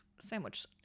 sandwich